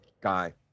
guy